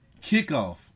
kickoff